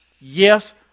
Yes